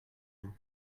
vous